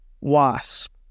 wasp